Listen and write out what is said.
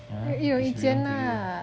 yea explaining to you